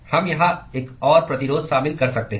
हम यहां एक और प्रतिरोध शामिल कर सकते हैं